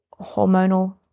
hormonal